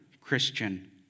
Christian